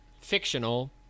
fictional